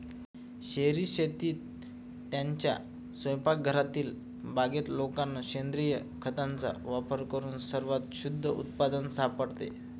शहरी शेतीत, त्यांच्या स्वयंपाकघरातील बागेत लोकांना सेंद्रिय खताचा वापर करून सर्वात शुद्ध उत्पादन सापडते